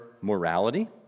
morality